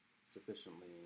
sufficiently